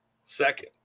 Second